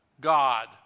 God